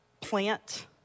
plant